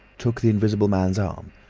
took the invisible man's arm,